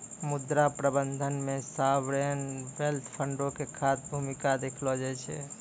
मुद्रा प्रबंधन मे सावरेन वेल्थ फंडो के खास भूमिका देखलो जाय छै